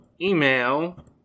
email